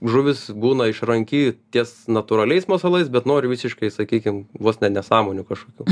žuvis būna išranki ties natūraliais masalais bet nori visiškai sakykim vos ne nesąmonių kažkokių